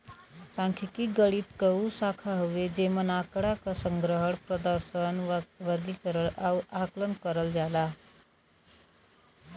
सांख्यिकी गणित क उ शाखा हउवे जेमन आँकड़ा क संग्रहण, प्रदर्शन, वर्गीकरण आउर आकलन करल जाला